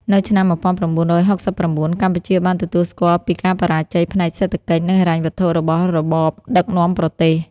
នៅឆ្នាំ១៩៦៩ កម្ពុជាបានទទួលស្គាល់ពីការបរាជ័យផ្នែកសេដ្ឋកិច្ច និងហិរញ្ញវត្ថុរបស់របបដឹកនាំប្រទេស។